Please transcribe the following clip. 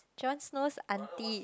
Jon Snow's auntie